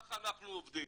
וכך אנחנו עובדים.